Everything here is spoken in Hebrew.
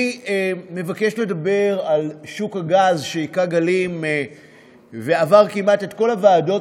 אני מבקש לדבר על שוק הגז שהכה גלים ועבר כמעט את כל הוועדות